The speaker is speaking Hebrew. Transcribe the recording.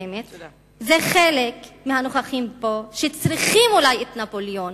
חלק מהנוכחים פה צריכים אולי את נפוליאון,